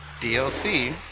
DLC